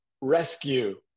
rescue